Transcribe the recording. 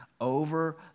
over